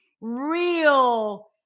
real